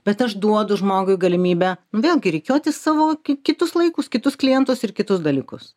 bet aš duodu žmogui galimybę vėlgi rikiuotis savo kitus laikus kitus klientus ir kitus dalykus